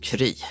Kry